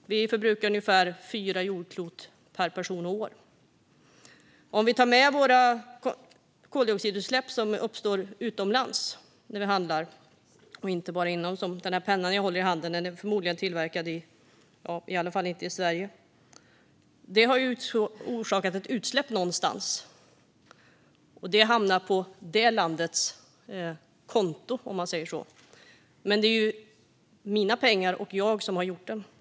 Vi förbrukar ungefär fyra jordklot per person och år. Vi kan ta med de koldioxidutsläpp som uppstår utomlands när vi handlar. Den penna som jag håller i handen är inte tillverkad i Sverige. Den har orsakat ett utsläpp någonstans, och det hamnar på det landets konto, om man säger så. Men det är ju mina pengar och jag som har köpt den.